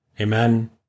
Amen